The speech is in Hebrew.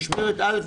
משמרת א',